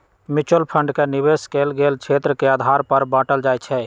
mutual fund के निवेश कएल गेल क्षेत्र के आधार पर बाटल जाइ छइ